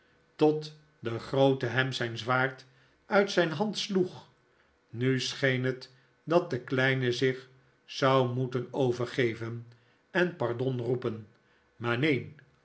tot de groote hem zijn zwaard uit zijn hand sloeg nu scheen het dat de kleine zich zou moeten overgeven en pardon roepen maar neen